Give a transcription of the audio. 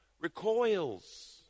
recoils